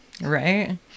Right